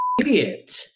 idiot